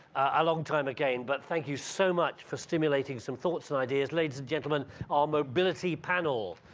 a long time again, but thank you so much, for stimulating some thoughts and ideas, ladies and gentlemen our mobility panel.